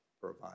provide